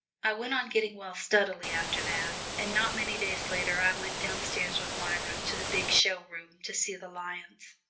i went on getting well steadily after that, and not many days later i went downstairs with myra to the big show-room to see the lions.